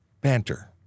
Banter